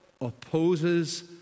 opposes